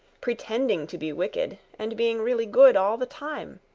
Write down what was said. pretending to be wicked and being really good all the time.